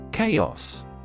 Chaos